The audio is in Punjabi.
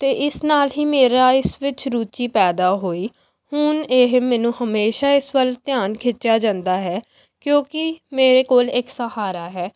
ਅਤੇ ਇਸ ਨਾਲ਼ ਹੀ ਮੇਰਾ ਇਸ ਵਿੱਚ ਰੁਚੀ ਪੈਦਾ ਹੋਈ ਹੁਣ ਇਹ ਮੈਨੂੰ ਹਮੇਸ਼ਾ ਇਸ ਵੱਲ ਧਿਆਨ ਖਿੱਚਿਆ ਜਾਂਦਾ ਹੈ ਕਿਉਂਕਿ ਮੇਰੇ ਕੋਲ ਇੱਕ ਸਹਾਰਾ ਹੈ